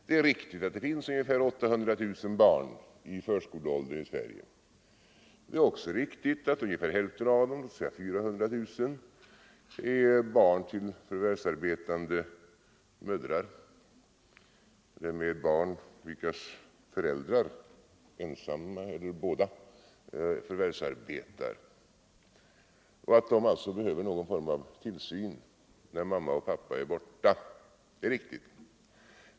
Det är riktigt att det finns ungefär 800 000 barn i förskoleåldern i Sverige. Det är också riktigt att ungefär hälften av dem, 400 000, är barn vilkas föräldrar — den ena eller båda — är förvärvsarbetande och att de alltså behöver någon form av tillsyn när mamma och pappa är borta.